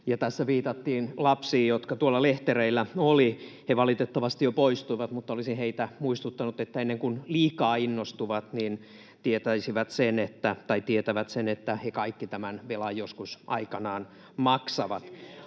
tässä viitattiin lapsiin, jotka tuolla lehtereillä olivat. He valitettavasti jo poistuivat, mutta olisin heitä muistuttanut, että ennen kuin liikaa innostuvat, niin tietävät sen, että he kaikki tämän velan joskus aikanaan maksavat.